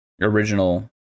original